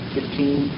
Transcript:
Fifteen